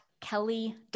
Kelly